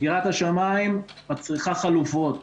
סגירת השמיים מצריכה חלופות.